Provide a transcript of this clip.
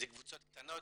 זה קבוצות קטנות,